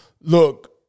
look